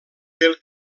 pel